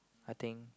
I think